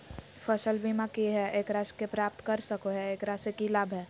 फसल बीमा की है, एकरा के प्राप्त कर सको है, एकरा से की लाभ है?